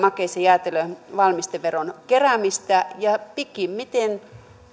makeisten ja jäätelön valmisteveron keräämistä ja pikimmiten